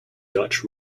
dutch